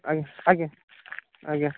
ଆଜ୍ଞା ଆଜ୍ଞା